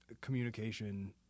communication